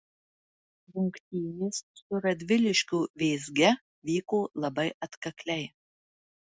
rungtynės su radviliškio vėzge vyko labai atkakliai